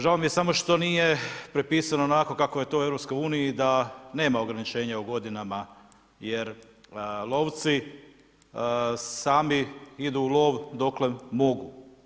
Žao mi je samo što nije prepisano onako kako je to u Europskoj uniji da nema ograničenja u godinama, jer lovci sami idu u lov dokle mogu.